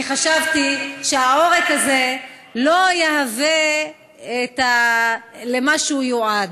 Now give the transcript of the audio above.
כי חשבתי שהעורק הזה לא יהווה את מה שהוא יועד.